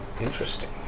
Interesting